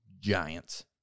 giants